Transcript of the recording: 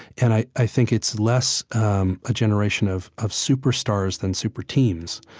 and i i think it's less a generation of of superstars than super teens.